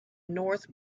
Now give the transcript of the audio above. north